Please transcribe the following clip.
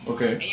Okay